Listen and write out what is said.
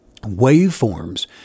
waveforms